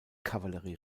kavallerie